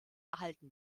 erhalten